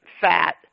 fat